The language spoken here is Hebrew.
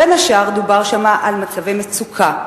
בין השאר דובר שם על מצבי מצוקה,